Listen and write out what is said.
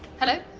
hello?